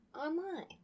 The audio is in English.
online